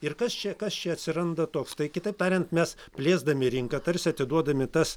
ir kas čia kas čia atsiranda toks tai kitaip tariant mes plėsdami rinką tarsi atiduodami tas